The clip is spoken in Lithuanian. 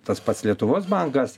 tas pats lietuvos bankas